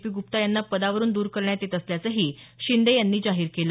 P Gupta यांना पदावरुन दुर करण्यात येत असल्याचंही शिंदे यांनी जाहीर केलं